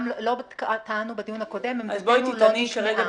גם לא טענו בדיון הקודם, עמדתנו לא נשמעה.